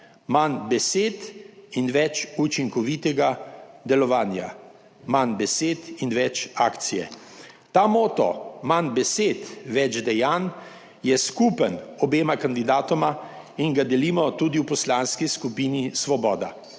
manj besed in več učinkovitega delovanja, manj besed in več akcije. Ta moto "Manj besed, več dejanj.", je skupen obema kandidatoma in ga delimo tudi v Poslanski skupini Svoboda.